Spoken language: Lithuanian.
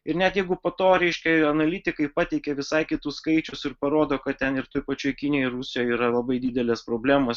ir net jeigu po to reiškia analitikai pateikia visai kitus skaičius ir parodo kad ten ir toj pačioj kinijoj rusijoj yra labai didelės problemos